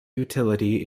utility